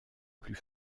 plus